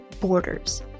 borders